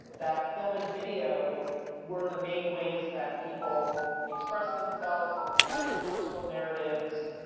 that film and video were the main ways that people express themselves in the sense of personal narratives,